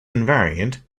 invariant